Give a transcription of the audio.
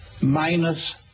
minus